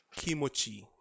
Kimochi